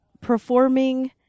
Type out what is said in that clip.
performing